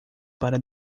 para